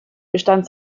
bestand